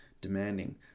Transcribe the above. demanding